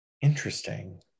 Interesting